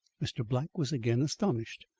mr. black was again astonished.